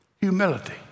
Humility